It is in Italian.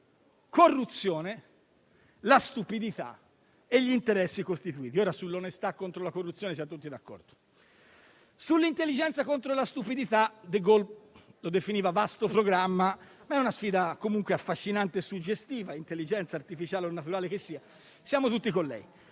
corruzione, la stupidità e gli interessi costituiti. Siamo tutti d'accordo sull'onestà contro la corruzione; sull'intelligenza contro la stupidità, De Gaulle lo definiva vasto programma, ma è una sfida comunque affascinante e suggestiva; intelligenza artificiale o naturale che sia, siamo tutti con lei.